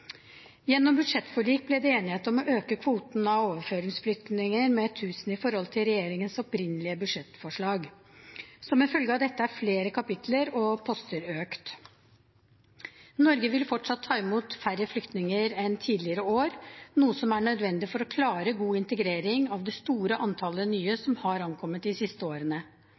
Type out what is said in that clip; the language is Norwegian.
Gjennom budsjettforlik ble det enighet om å øke kvoten av overføringsflyktninger med 1 000 i forhold til regjeringens opprinnelige budsjettforslag. Som en følge av dette er flere kapitler og poster økt. Norge vil fortsatt ta imot færre flyktninger enn tidligere år, noe som er nødvendig for å klare god integrering av det store antallet nye som har ankommet de siste årene.